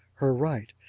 her right,